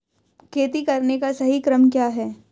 खेती करने का सही क्रम क्या है?